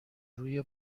روی